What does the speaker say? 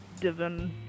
Divin